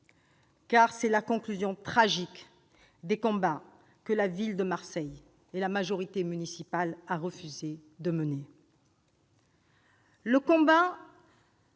car il est la conclusion tragique des combats que la ville de Marseille et la majorité municipale ont refusé de mener : le combat